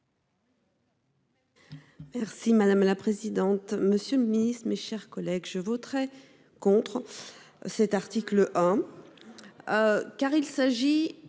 Merci madame la présidente. Monsieur le Ministre, mes chers collègues, je voterai contre. Cet article